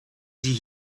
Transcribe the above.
sie